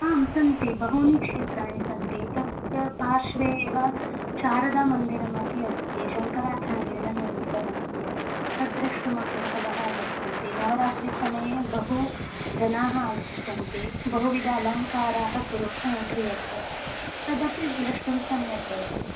आं सन्ति बहूनि क्षेत्राणि सन्ति तस्य पार्श्वे एव शारदामन्दिरमपि अस्ति शङ्कराचार्येण निर्मितमस्ति तद्द्रष्टुमपि बहवः आगच्छन्ति नवरात्रिसमये बहु जनाः आगच्छन्ति बहुविध अलङ्काराः कुर् क्रीयन्ते तदपि द्रष्टुं सम्यक् भवति